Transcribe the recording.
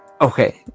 Okay